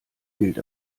gilt